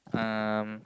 um